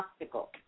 obstacle